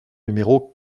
numéro